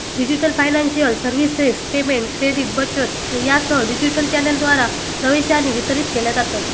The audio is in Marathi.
digital financial services payment, credit, बचत यासह डिजिटल चॅनेलद्वारा प्रवेश आणि वितरित केल्या जातत